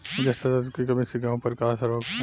जस्ता तत्व के कमी से गेंहू पर का असर होखे?